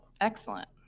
Excellent